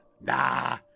Nah